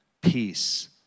peace